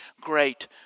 great